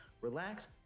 relax